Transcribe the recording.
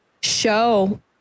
show